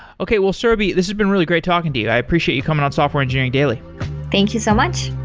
okay, well surabhi, this has been really great talking to you. i appreciate you coming on software engineering daily thank you so much